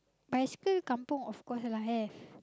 bicycle kampung of course lah have